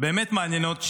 מעניינות שיצאו,